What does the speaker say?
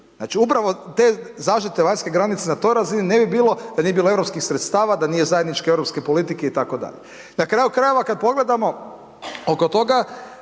Znači upravo te zaštite vanjske granice na toj razini ne bi bilo da nije bilo europskih sredstava, da nije zajedničke europske politike itd. Na kraju krajeva kad pogledamo oko toga